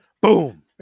Boom